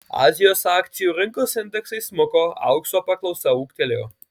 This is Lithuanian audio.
azijos akcijų rinkos indeksai smuko aukso paklausa ūgtelėjo